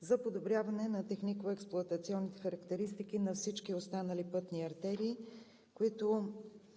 за подобряване на технико-експлоатационните характеристики на всички останали пътни артерии, които